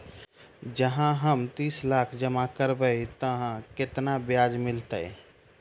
जँ हम तीस लाख जमा करबै तऽ केतना ब्याज मिलतै?